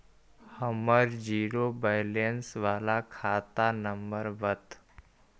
हमर zero balance बाला खाता नम्बर बत?